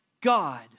God